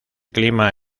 clima